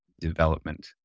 development